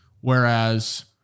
Whereas